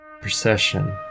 procession